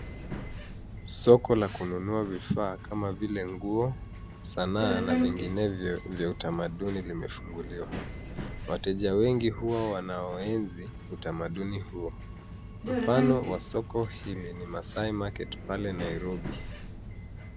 Soko la kununua vifaa kama vile nguo, sanaa na vinginevyo vya utamaduni vimefunguliwa. Wateja wengi huwa wanaoenzi utamaduni huo, mfano wa soko hili ni Masaai Market pale Nairobi.